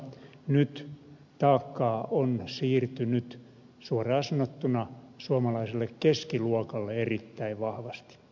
nyt taakkaa on siirtynyt suoraan sanottuna suomalaiselle keskiluokalle erittäin vahvasti